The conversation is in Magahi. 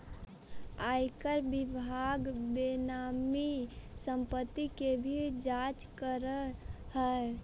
आयकर विभाग बेनामी संपत्ति के भी जांच करऽ हई